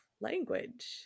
language